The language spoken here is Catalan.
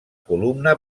columna